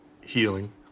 healing